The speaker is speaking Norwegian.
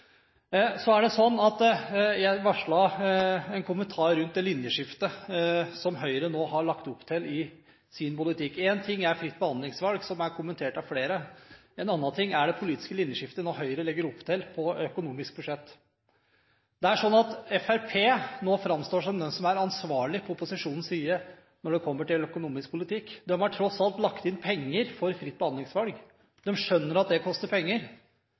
Så er det sånn at jeg varslet en kommentar rundt det linjeskiftet som Høyre nå har lagt opp til i sin politikk. Én ting er fritt behandlingsvalg, som er kommentert av flere, en annen ting er det politiske linjeskiftet Høyre nå legger opp til i økonomisk politikk. Det er sånn at Fremskrittspartiet nå framstår som den som er ansvarlig på opposisjonssiden når det kommer til økonomisk politikk. De har tross alt lagt inn penger til fritt behandlingsvalg. De skjønner at det koster penger.